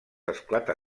esclata